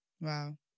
wow